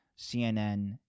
CNN